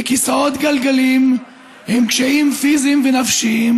בכיסאות גלגלים, עם קשיים פיזיים ונפשיים,